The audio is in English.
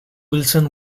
wilson